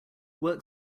worked